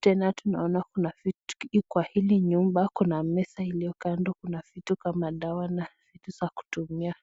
Tena tunaona kuna vitu kwa hili nyumba, kuna meza iliyo kando, kuna vitu kama dawa na vitu za kutumia.